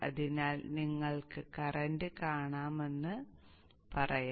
അതിനാൽ നിങ്ങൾക്ക് കറന്റ് കാണണമെന്ന് പറയാം